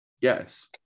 Yes